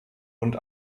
und